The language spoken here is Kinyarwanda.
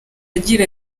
agira